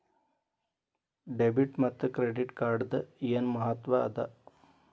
Debit ಮತ್ತ credit ಕಾರ್ಡದ್ ಏನ್ ಮಹತ್ವ ಅದ?